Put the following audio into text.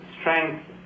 strength